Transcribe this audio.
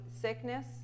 sickness